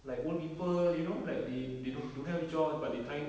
like old people you know like they they don't have jobs but they trying